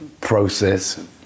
process